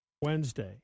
Wednesday